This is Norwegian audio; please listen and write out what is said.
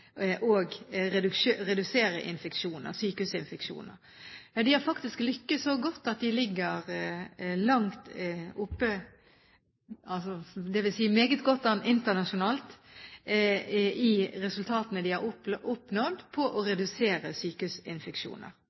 sykehusinfeksjoner. De har faktisk lyktes så godt at de ligger meget godt an internasjonalt når det gjelder resultatene de har oppnådd med å redusere sykehusinfeksjoner.